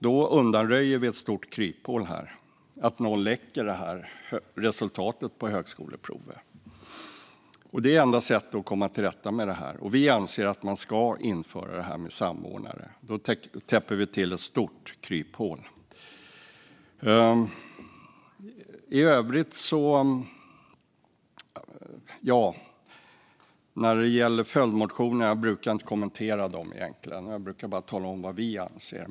Då undanröjer vi ett stort kryphål - att någon läcker ut resultatet på högskoleprovet. Det är enda sättet att komma till rätta med det. Vi anser att man ska införa detta med samordnare. Då täpper vi till ett stort kryphål. Jag brukar inte kommentera följdmotioner. Jag brukar bara tala om vad vi anser.